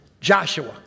Joshua